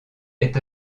est